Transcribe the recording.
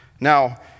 Now